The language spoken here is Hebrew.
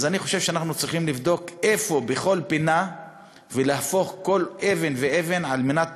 אני חושב שאנחנו צריכים לבדוק בכל פינה ולהפוך כל אבן כדי להגיע